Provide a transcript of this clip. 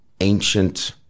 ancient